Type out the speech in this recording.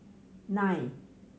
nine